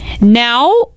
Now